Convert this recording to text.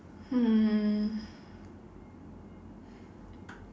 hmm